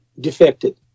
defected